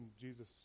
Jesus